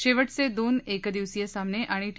शेवटचे दोन एकदिवसीय सामने आणि टी